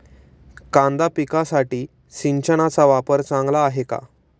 कांदा पिकासाठी सिंचनाचा वापर चांगला आहे का?